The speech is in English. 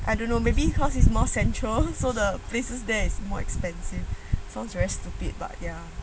I don't know maybe because it's more central so the places there is more expensive sounds very stupid but ya